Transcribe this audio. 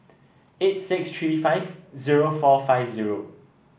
eight six three five zero four five zero